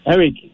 Eric